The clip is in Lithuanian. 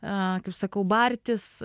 a kaip sakau bartis